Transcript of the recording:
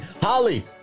Holly